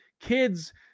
kids